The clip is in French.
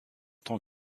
tant